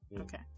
Okay